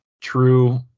true